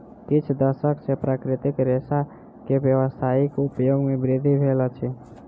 किछ दशक सॅ प्राकृतिक रेशा के व्यावसायिक उपयोग मे वृद्धि भेल अछि